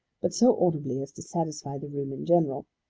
but so audibly as to satisfy the room in general.